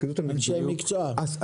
הפקידות המקצועית,